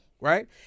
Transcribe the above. right